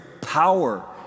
power